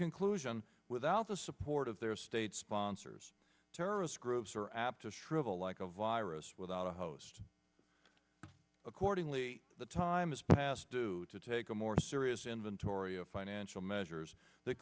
conclusion without the support of their state sponsors terrorist groups are apt to shrivel like a virus without a host accordingly the time is past due to take a more serious inventory of financial measures that